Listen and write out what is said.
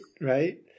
Right